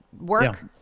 work